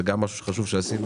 זה גם משהו שחשוב שעשינו.